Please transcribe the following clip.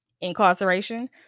incarceration